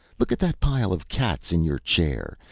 look at that pile of cats in your chair,